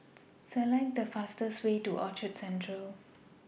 Select The fastest Way to Orchard Central